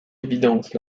évidence